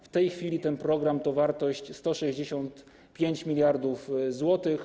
W tej chwili ten program to wartość 165 mld zł.